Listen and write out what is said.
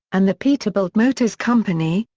and the peterbilt motors company,